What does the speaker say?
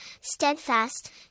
steadfast